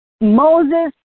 Moses